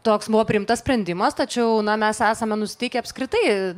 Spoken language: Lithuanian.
toks buvo priimtas sprendimas tačiau na mes esame nusiteikę apskritai